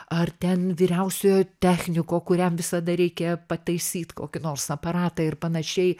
ar ten vyriausiojo techniko kuriam visada reikia pataisyt kokį nors aparatą ir panašiai